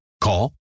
Call